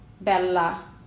bella